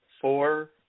four